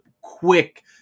quick